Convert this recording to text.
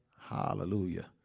Hallelujah